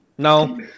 No